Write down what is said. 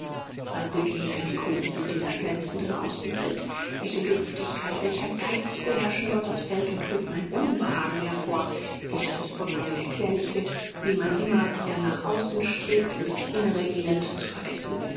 man blicke hinter die coulissen dieser glänzenden außenwelt welche dürftigkeit welcher geiz beherrschen dort das feld und rufen ein unbehagen hervor durch das es vollkommen erklärlich wird wie man immer wieder nach außen strebt um das innere elend zu vergessen